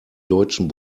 deutschen